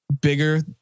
bigger